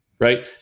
Right